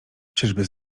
czyżby